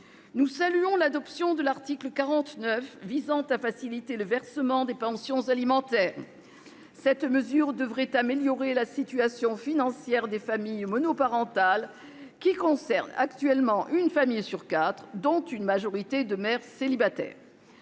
Nous saluons l'adoption de l'article 49 visant à faciliter le versement des pensions alimentaires. Cette mesure devrait améliorer la situation financière des familles monoparentales, soit actuellement une famille sur quatre, dont une majorité de mères célibataires.